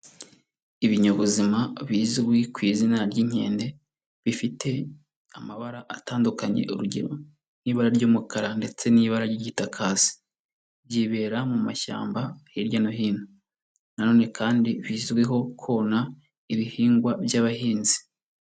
Ibinyabuzima bizwi ku izina ry'inkende, bifite amabara atandukanye, urugero nk'ibara ry'umukara ndetse n'ibara ry'igitaka hasi, byibera mu mashyamba hirya no hino, na none kandi bizwiho kona ibihingwa by'abahinzi.